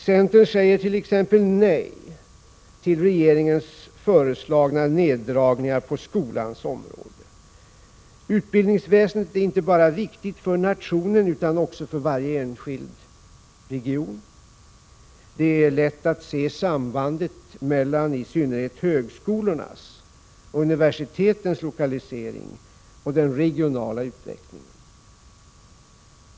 Centern säger t.ex. nej till regeringens föreslagna neddragningar på skolans område. Utbildningsväsendet är viktigt inte bara för nationen utan också för varje enskild region. Det är lätt att se sambandet mellan i synnerhet högskolornas och universitetens lokalisering och den regionala utvecklingen.